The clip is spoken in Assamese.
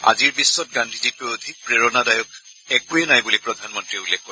আজিৰ বিশ্বত গান্ধীজীতকৈ অধিক প্ৰেৰণাদায়ক একোৱেই নাই বুলি প্ৰধানমন্ত্ৰীয়ে উল্লেখ কৰে